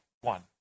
one